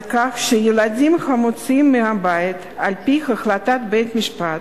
על כך שילדים המוצאים מהבית על-פי החלטת בית-משפט